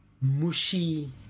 mushy